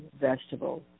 vegetables